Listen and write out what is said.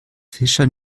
fischer